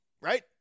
right